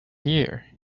year